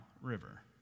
river